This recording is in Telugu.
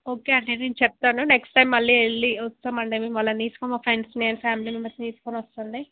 ఓకే అండి నేను చెప్తాను నెక్స్ట్ టైమ్ మళ్ళీ వెళ్ళి వస్తామండి వాళ్ళని తీసుకుని మా వాళ్ళని తీసుకుని మా ఫ్రెండ్స్ అండ్ మా ఫ్యామిలీ మెంబర్స్ని తీసుకుని వస్తుండే